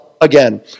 again